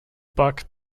buck